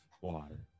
Water